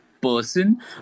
person